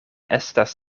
estas